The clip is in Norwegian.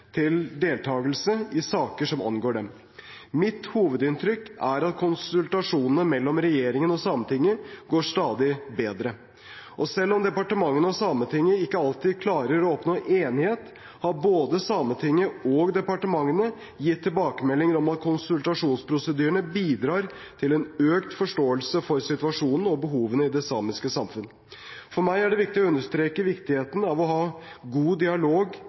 til deltakelse i saker som angår dem. Mitt hovedinntrykk er at konsultasjonene mellom regjeringen og Sametinget går stadig bedre. Selv om departementene og Sametinget ikke alltid klarer å oppnå enighet, har både Sametinget og departementene gitt tilbakemeldinger om at konsultasjonsprosedyrene bidrar til en økt forståelse for situasjonen og behovene i det samiske samfunnet. For meg er det viktig å understreke viktigheten av å ha god dialog